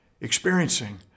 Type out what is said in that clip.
experiencing